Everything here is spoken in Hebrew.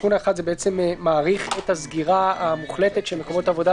תיקון אחד מאריך את הסגירה המוחלטת של מקומות עבודה,